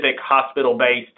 hospital-based